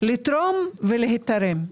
לתרום ולהיתרם.